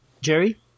Jerry